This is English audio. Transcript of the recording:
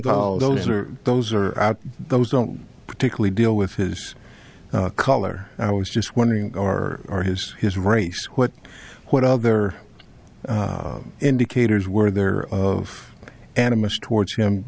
call those are those are those don't particularly deal with his color i was just wondering or are his his race what what other indicators were there of animist towards him